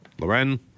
Loren